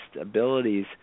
abilities